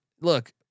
look